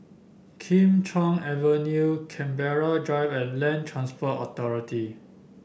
Kim Chuan Avenue Canberra Drive and Land Transport Authority